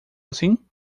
assim